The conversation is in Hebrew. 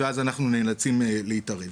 ואז אנחנו נאלצים להתערב.